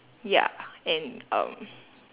ya and um